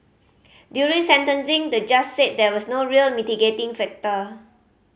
during sentencing the judge said there was no real mitigating factor